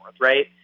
right